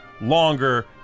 longer